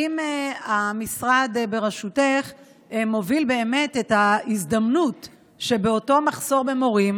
אם המשרד ברשותך מוביל באמת את ההזדמנות שבאותו מחסור במורים